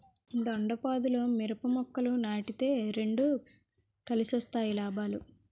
దొండపాదుల్లో మిరప మొక్కలు నాటితే రెండు కలిసొస్తే లాభాలు